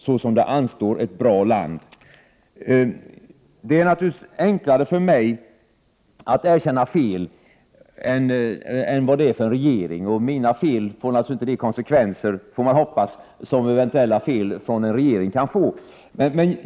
Så som det anstår ett bra land.” Det är naturligtvis enklare för mig att erkänna fel än det är för en regering. Mina fel leder naturligtvis inte — får man hoppas — till sådana konsekvenser som fel av en regering kan leda till.